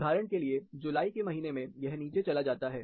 उदाहरण के लिए जुलाई के महीने में यह नीचे चला जाता है